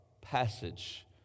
passage